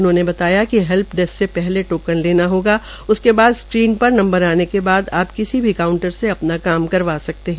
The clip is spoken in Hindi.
उन्होंने बताया कि हैप्ल डेस्क से पहले टोकन लेना होगा उसके बाद स्क्रीन पर नंबर आने के बाद आप किसी भी कांउटर से अपना काम करा सकते है